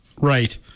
Right